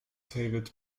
david